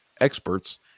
experts